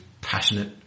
passionate